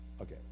Okay